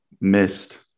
missed